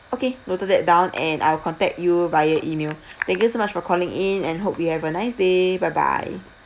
okay noted that down and I'll contact you via email thank you so much for calling in and hope you have a nice day bye bye